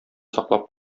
саклап